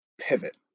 pivot